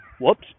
Whoops